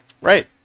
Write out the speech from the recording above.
right